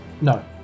No